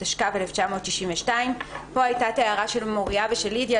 התשכ"ב 1962"" פה הייתה את ההערה של מוריה ושל לידיה.